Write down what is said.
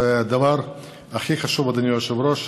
והדבר הכי חשוב, אדוני היושב-ראש,